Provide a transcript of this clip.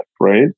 right